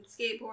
Skateboard